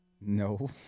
No